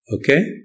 Okay